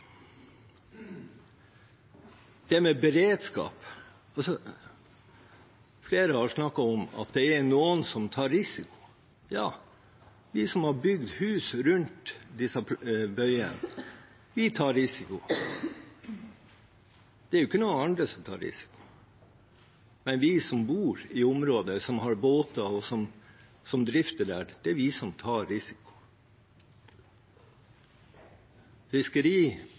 dette med beredskap: Flere har snakket om at det er noen som tar risiko. Ja, vi som har bygd hus rundt disse bøyene, vi tar risiko. Det er ikke noen andre som tar risiko. Men vi som bor i området, som har båter, og som drifter der, tar risiko. Fiskeri